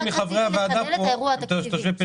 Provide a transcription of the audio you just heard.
רק רציתי לחדד את האירוע התקציבי.